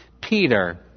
Peter